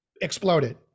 exploded